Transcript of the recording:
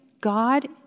God